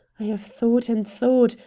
i have thought and thought.